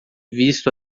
visto